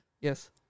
Yes